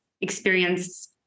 experience